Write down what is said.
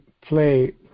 play